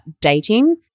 dating